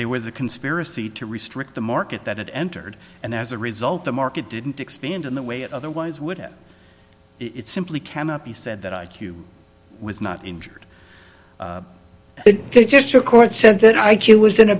there was a conspiracy to restrict the market that it entered and as a result the market didn't expand in the way it otherwise would have it simply cannot be said that i q was not injured it just your court said that i q was in a